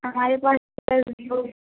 हमारे पास कल यो